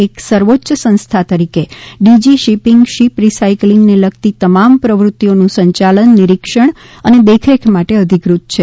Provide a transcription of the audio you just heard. એક સર્વોચ્ય સંસ્થા તરીકે ડીજી શિપીંગ શિપ રીસાયકલીંગને લગતી તમામ પ્રવૃત્તિઓનું સંચાલન નિરીક્ષણ અને દેખરેખ માટે અધિકૃત છે